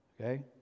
Okay